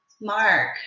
Mark